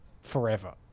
forever